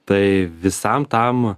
tai visam tam